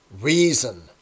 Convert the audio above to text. Reason